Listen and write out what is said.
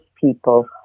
people